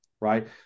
right